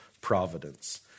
providence